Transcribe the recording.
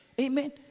Amen